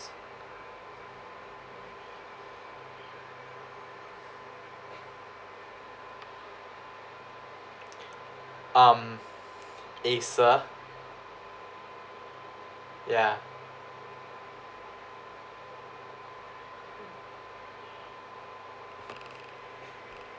um acer ya